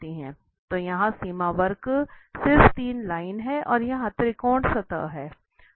तो यहाँ सीमा वक्र सिर्फ 3 लाइन है और यहाँ त्रिकोण सतह है